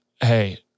Hey